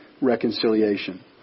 reconciliation